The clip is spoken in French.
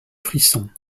frisson